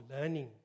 learning